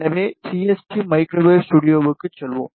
எனவே CST microwave ஸ்டுடியோவுக்கு செல்வோம்